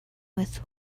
with